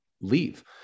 leave